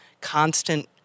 constant